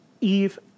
Eve